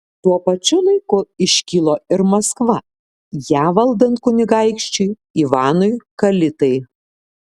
tuo pačiu laiku iškilo ir maskva ją valdant kunigaikščiui ivanui kalitai